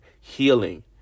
healing